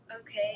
Okay